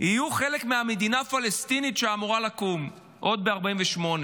יהיו חלק מהמדינה הפלסטינית שאמורה לקום עוד ב-1948.